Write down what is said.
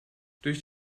durch